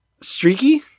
Streaky